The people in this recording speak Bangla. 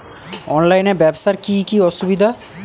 অনলাইনে ব্যবসার কি কি অসুবিধা?